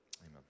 Amen